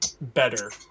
better